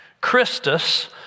Christus